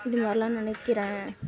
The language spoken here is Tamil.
இது மாதிரிலாம் நினைக்கிறேன்